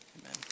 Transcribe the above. Amen